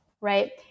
right